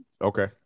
okay